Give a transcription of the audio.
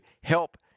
help